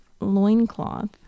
loincloth